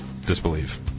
disbelief